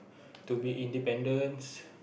to be independence